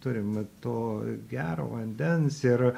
turim to gero vandens ir